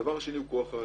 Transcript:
הדבר השני הוא כוח האדם.